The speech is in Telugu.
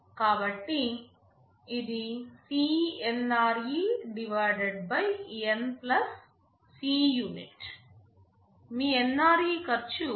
కాబట్టి ఇది CNRE N Cunit మీ NRE ఖర్చు రూ